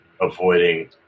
avoiding